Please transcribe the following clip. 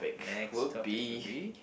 next topic will be